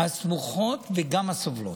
הסמוכות וגם הסובלות.